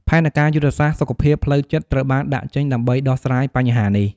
ផែនការយុទ្ធសាស្ត្រសុខភាពផ្លូវចិត្តត្រូវបានដាក់ចេញដើម្បីដោះស្រាយបញ្ហានេះ។